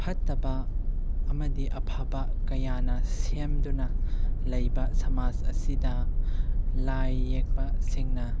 ꯐꯠꯇꯕ ꯑꯃꯗꯤ ꯑꯐꯕ ꯀꯌꯥꯅ ꯁꯦꯝꯗꯨꯅ ꯂꯩꯕ ꯁꯃꯥꯖ ꯑꯁꯤꯗ ꯂꯥꯏ ꯌꯦꯛꯄꯁꯤꯡꯅ